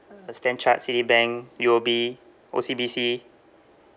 uh stan chart citibank U_O_B O_C_B_C